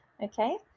okay